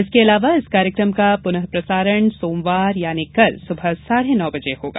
इसके अलावा इस कार्यकम का पुर्नप्रसारण सोमवार को सुबह साढ़े नौ बजे होगा